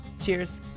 cheers